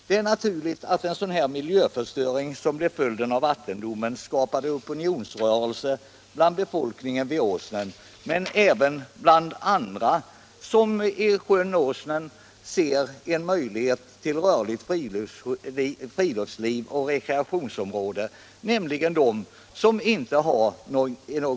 Det är naturligt att den miljöförstöring som blev följden av vattendomen skapade en opinionsrörelse bland befolkningen vid Åsnen men även bland andra som ser sjön Åsnen som en möjlighet till rörligt friluftsliv och rekreation.